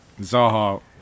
Zaha